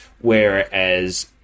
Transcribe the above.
whereas